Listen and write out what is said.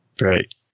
Right